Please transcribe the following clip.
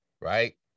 right